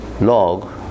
log